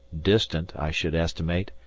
distant, i should estimate,